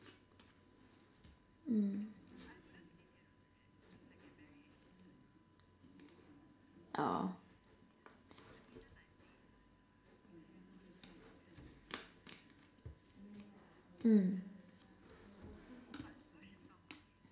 mm oh mm